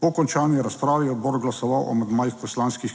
Po končani razpravi je odbor glasoval o amandmajih poslanskih